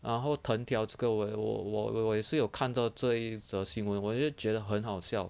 然后藤条这个我我我我我也是有看到这则新闻我就觉得很好笑